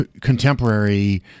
contemporary